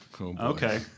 Okay